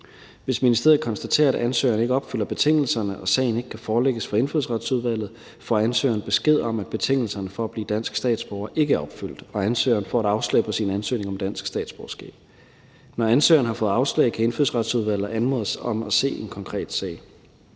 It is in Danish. Hvis ministeriet konstaterer, at ansøgeren ikke opfylder betingelserne, og sagen ikke kan forelægges for Indfødsretsudvalget, får ansøgeren besked om, at betingelserne for at blive dansk statsborger ikke er opfyldt, og ansøgeren får et afslag på sin ansøgning om dansk statsborgerskab. Når ansøgeren har fået afslag, kan Indfødsretsudvalget anmode om at se en konkret sag.